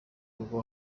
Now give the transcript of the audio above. rugo